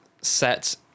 set